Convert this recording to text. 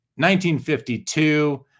1952